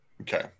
Okay